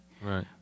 Right